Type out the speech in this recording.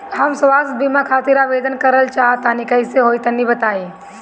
हम स्वास्थ बीमा खातिर आवेदन करल चाह तानि कइसे होई तनि बताईं?